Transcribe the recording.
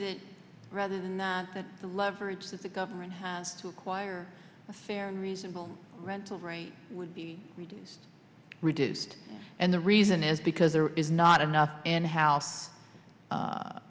that rather than that that the leverage that the government has to acquire a fair and reasonable rental rate would be reduced and the reason is because there is not enough and house